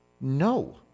No